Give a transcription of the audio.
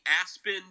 aspen